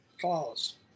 clause